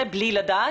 בוקר טוב.